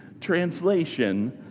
translation